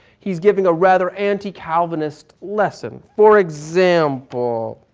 he's giving a rather anti-calvinist lesson. for example,